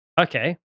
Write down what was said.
Okay